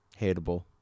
Hateable